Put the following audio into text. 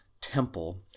temple